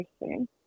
interesting